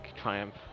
triumph